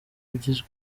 agizwe